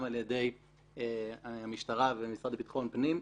על ידי המשטרה והמשרד לביטחון פנים,